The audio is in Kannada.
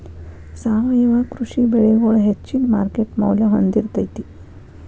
ಸಾವಯವ ಕೃಷಿ ಬೆಳಿಗೊಳ ಹೆಚ್ಚಿನ ಮಾರ್ಕೇಟ್ ಮೌಲ್ಯ ಹೊಂದಿರತೈತಿ